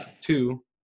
two